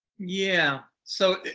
yeah. so,